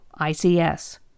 ICS